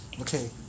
Okay